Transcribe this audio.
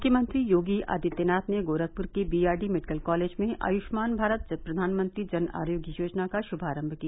मुख्यमंत्री योगी आदित्यनाथ ने गोरखपुर के बीआरडी मेडिकल कॉलेज में आयुष्मान भारत प्रधानमंत्री जन आरोग्य योजना का शुभारम्भ किया